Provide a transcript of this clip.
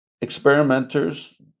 experimenters